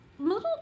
Little